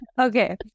Okay